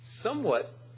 somewhat